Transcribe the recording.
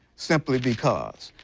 simply because.